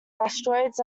asteroids